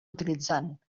utilitzant